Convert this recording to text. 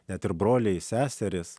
net ir broliai seserys